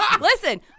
listen